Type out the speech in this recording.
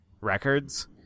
records